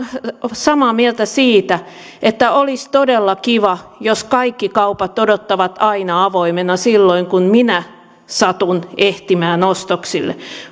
samaa mieltä siitä että olisi todella kiva jos kaikki kaupat odottavat aina avoimena silloin kun minä satun ehtimään ostoksille